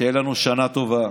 שתהיה לנו שנה טובה,